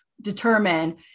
determine